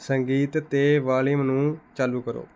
ਸੰਗੀਤ 'ਤੇ ਵਾਲੀਅਮ ਨੂੰ ਚਾਲੂ ਕਰੋ